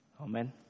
Amen